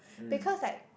because like